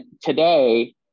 today